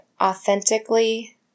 authentically